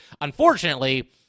Unfortunately